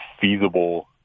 feasible